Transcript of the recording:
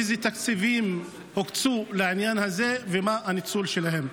אילו תקציבים הוקצו לעניין הזה ומהו הניצול שלהם?